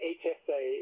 hsa